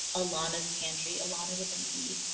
elana's pantry, elana with an e.